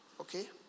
okay